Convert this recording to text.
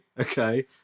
okay